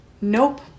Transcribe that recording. nope